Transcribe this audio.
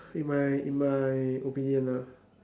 in my in my opinion lah